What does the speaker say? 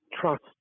trust